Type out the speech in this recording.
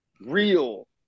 real